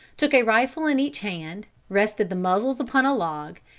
took a rifle in each hand, rested the muzzles upon a log,